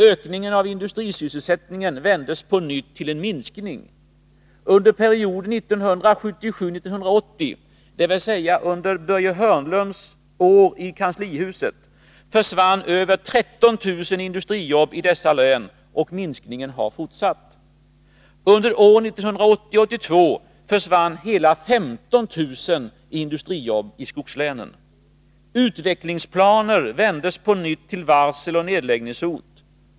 Ökningen av industrisysselsättningen vändes på nytt till en minskning. Under perioden 1977-1980 — dvs. under Börje Hörnlunds år i kanslihuset — försvann över 13 000 industrijobb i dessa län. Och minskningen har fortsatt — under åren 1980-1982 försvann hela 15 000 industrijobb i skogslänen. Utvecklingsplaner vändes på nytt till varsel och nedläggningshot.